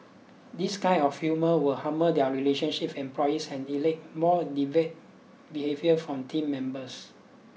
this kind of humour will harm their relationship with employees and elicit more deviant behaviour from team members